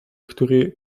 który